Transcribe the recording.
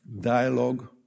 dialogue